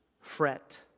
Fret